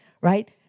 right